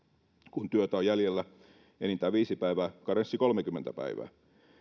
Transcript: kun työtä on jäljellä enintään viisi päivää karenssi kolmekymmentä päivää